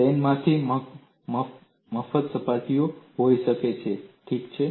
પ્લેનમાંથી એક મફત સપાટી હોઈ શકે છે ઠીક છે